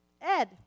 Ed